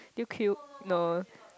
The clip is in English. you cube no